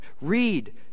Read